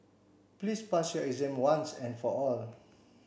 please pass your exam once and for all